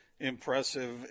impressive